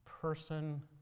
person